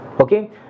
Okay